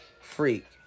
Freak